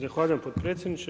Zahvaljujem potpredsjedniče.